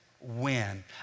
win